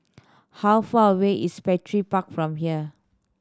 how far away is Petir Park from here